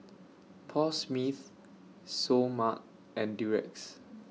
Paul Smith Seoul Mart and Durex